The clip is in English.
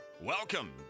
Welcome